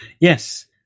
Yes